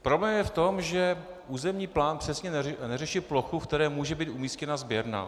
Problém je v tom, že územní plán přesně neřeší plochu, v které může být umístěna sběrna.